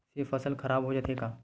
से फसल ह खराब हो जाथे का?